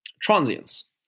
transience